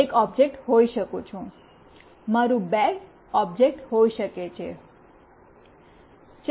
હું એક ઓબ્જેક્ટ હોઈ શકું છું મારૂ બેગ ઓબ્જેક્ટ હોઈ શકે છે